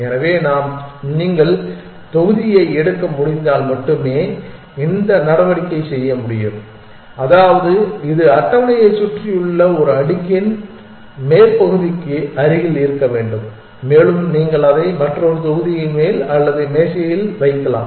எனவே நீங்கள் தொகுதியை எடுக்க முடிந்தால் மட்டுமே இந்த நடவடிக்கை செய்ய முடியும் அதாவது இது அட்டவணையைச் சுற்றியுள்ள ஒரு அடுக்கின் மேற்பகுதிக்கு அருகில் இருக்க வேண்டும் மேலும் நீங்கள் அதை மற்றொரு தொகுதியின் மேல் அல்லது மேசையில் வைக்கலாம்